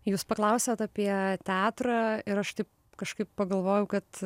jūs paklausėt apie teatrą ir aš taip kažkaip pagalvojau kad